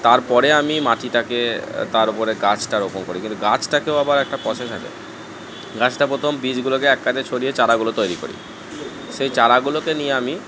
তারপরে আমি মাটিটাকে তার ওপরে গাছটা রোপন করি কিন্তু গাছটাকেও আবার একটা পসেস আছে গাছটা প্রথম বীজগুলোকে এক কাছে ছড়িয়ে চারাগুলো তৈরি করি সেই চারাগুলোকে নিয়ে আমি